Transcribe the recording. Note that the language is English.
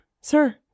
sir